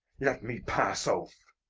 let me pass, oaf.